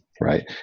right